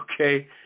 okay